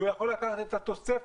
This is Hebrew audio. הוא יכול לקחת את התוספת,